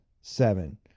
seven